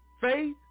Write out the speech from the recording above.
faith